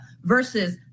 versus